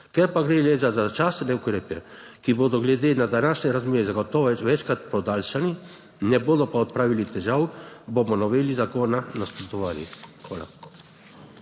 Ker pa gre le za začasne ukrepe, ki bodo glede na današnje razmere zagotovo večkrat podaljšani, ne bodo pa odpravili težav, bomo noveli zakona nasprotovali. Hvala.